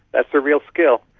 that's a real skill,